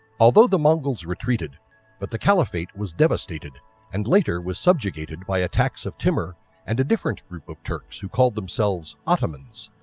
although the mongols retreated but the caliphate was devastated and later was subjugated by attacks of timur and a different group of turks who called themselves ottomans.